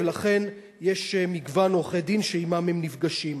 ולכן יש מגוון עורכי-דין שעמם הם נפגשים.